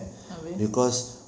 habis